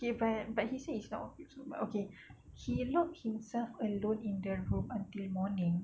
eh but but he said he saw but okay he locked himself alone in the room until morning